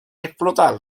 explotar